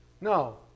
No